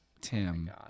Tim